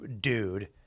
dude